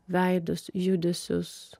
veidus judesius